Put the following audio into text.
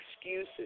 excuses